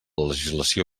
legislació